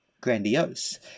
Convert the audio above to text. grandiose